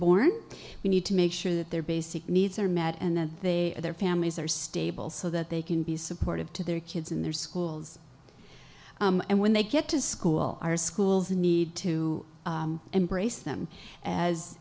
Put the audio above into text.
born we need to make sure that their basic needs are met and that they their families are stable so that they can be supportive to their kids in their schools and when they get to school our schools need to embrace them as